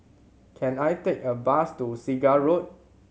can I take a bus to Segar Road